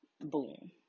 boom